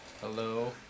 Hello